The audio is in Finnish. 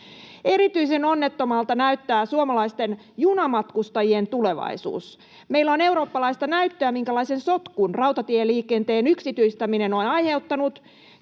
Erityisen onnettomalta näyttää suomalaisten junamatkustajien tulevaisuus. Meillä on eurooppalaista näyttöä, minkälaisen sotkun rautatieliikenteen yksityistäminen on aiheuttanut: